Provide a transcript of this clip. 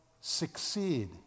succeed